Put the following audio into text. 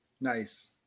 Nice